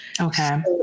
Okay